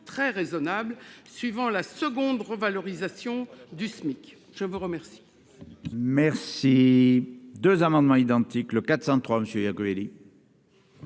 très raisonnable -suivant la seconde revalorisation du SMIC. Les deux